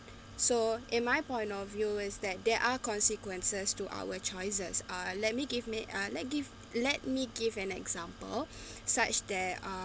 so in my point of view is that there are consequences to our choices uh let me give me uh let give let me give an example such that